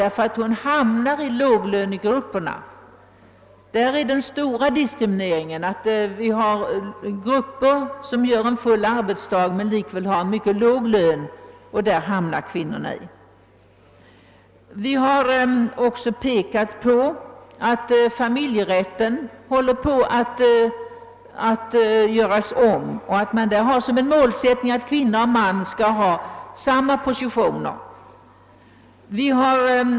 Den stora ' diskrimineringen är, att det finns grupper, som gör en full arbetsdag men likväl har en mycket låg lön, och dessa grupper hamnar kvinnorna i. : Vi har också pekat på att familjerätten håller på att göras om och att man har därvid som målsättning, att kvinna och man skall ha samma positioner.